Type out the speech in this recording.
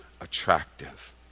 attractive